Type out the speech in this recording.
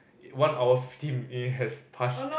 one hour fifty minute has past